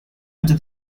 under